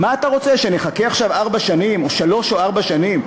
מה אתה רוצה, שנחכה עכשיו שלוש או ארבע שנים?